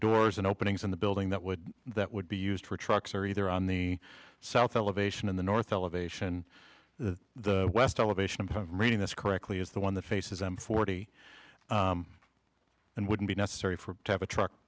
doors and openings in the building that what that would be used for trucks are either on the south elevation in the north elevation to the west elevation reading this correctly is the one that faces m forty and wouldn't be necessary for to have a truck